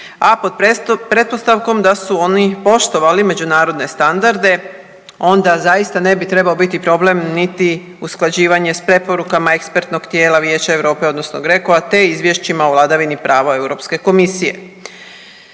a pod pretpostavkom da su oni poštovali međunarodne standarde onda zaista ne bi trebao biti problem niti usklađivanje sa preporukama ekspertnog tijela Vijeća Europe odnosno GRECO-a, te izvješćima o vladavini prava Europske komisije.